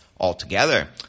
altogether